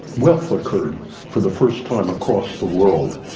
wealth occurred for the first time across the world.